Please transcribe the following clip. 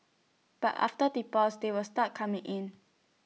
but after that pause they will start coming in